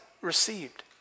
received